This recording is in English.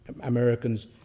Americans